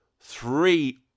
Three